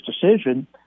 decision